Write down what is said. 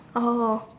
oh